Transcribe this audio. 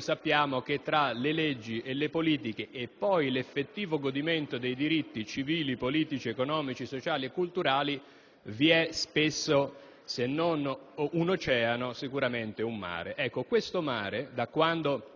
sappiamo che in Italia tra le leggi, le politiche e l'effettivo godimento dei diritti civili, politici, economici, sociali e culturali vi è spesso, se non un oceano, sicuramente un mare. Ecco, questo mare, da quando